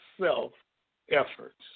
self-efforts